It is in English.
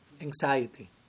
anxiety